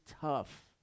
tough